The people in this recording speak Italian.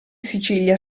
sicilia